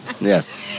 Yes